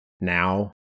now